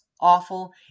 awful